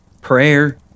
Prayer